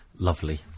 Lovely